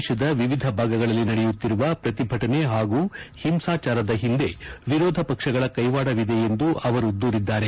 ದೇಶದ ವಿವಿಧ ಭಾಗಗಳಲ್ಲಿ ನಡೆಯುತ್ತಿರುವ ಪ್ರತಿಭಟನೆ ಹಾಗೂ ಹಿಂಸಾಚಾರದ ಹಿಂದೆ ವಿರೋಧ ಪಕ್ಷಗಳ ಕೈವಾಡವಿದೆ ಎಂದು ಅವರು ದೂರಿದ್ದಾರೆ